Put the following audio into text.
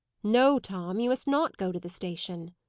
no, tom. you must not go to the station.